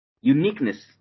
uniqueness